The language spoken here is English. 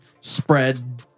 spread